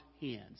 hands